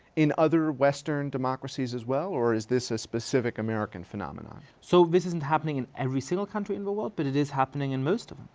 in other western democracies as well, or is this a specific american phenomenon? mounk so this isn't happening in every single country in the world, but it is happening in most of them.